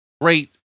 great